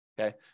okay